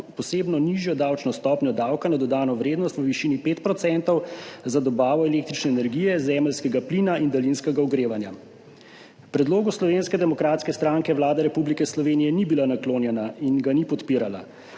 posebno nižjo davčno stopnjo davka na dodano vrednost v višini 5 % za dobavo električne energije, zemeljskega plina in daljinskega ogrevanja. Predlogu Slovenske demokratske stranke Vlada Republike Slovenije ni bila naklonjena in ga ni podpirala,